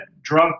drunk